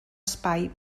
espai